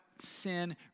sin